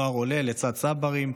נוער עולה לצד צברים.